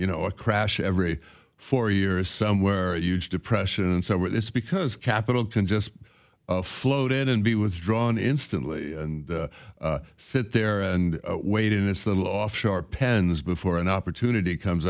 you know a crash every four years somewhere a huge depression and so it's because capital can just float in and be withdrawn instantly and sit there and wait in this little offshore pens before an opportunity comes